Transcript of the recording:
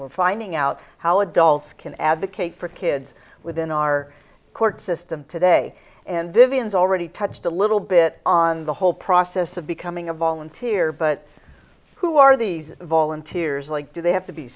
we're finding out how adults can advocate for kids within our court system today and vivian's already touched a little bit on the whole process of becoming a volunteer but who are these volunteers like do they have to be